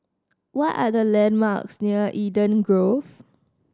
what are the landmarks near Eden Grove